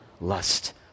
lust